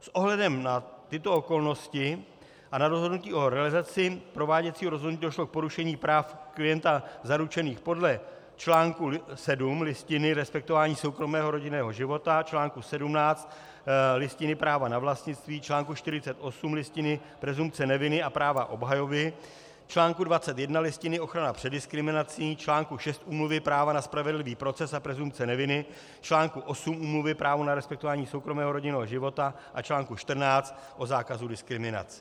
S ohledem na tyto okolnosti a na rozhodnutí o realizaci prováděcího rozhodnutí došlo k porušení práv klienta zaručených podle článku 7 Listiny, respektování soukromého rodinného života, článku 17 Listiny, práva na vlastnictví, článku 48 listiny, presumpce neviny a práva obhajoby, článku 21 listiny, ochrana před diskriminací, článku 6 úmluvy, práva na spravedlivý proces a presumpce neviny, článku 8 úmluvy, právo na respektování soukromého rodinného života a článku 14 o zákazu diskriminace.